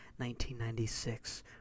1996